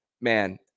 man